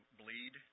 bleed